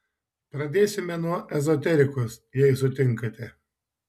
pradėsime nuo ezoterikos jei sutinkate